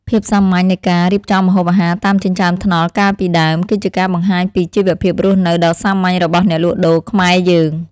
ភាពសាមញ្ញនៃការរៀបចំម្ហូបអាហារតាមចិញ្ចើមថ្នល់កាលពីដើម គឺជាការបង្ហាញពីជីវភាពរស់នៅដ៏សាមញ្ញរបស់អ្នកលក់ដូរខ្មែរយើង។